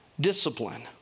discipline